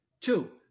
Two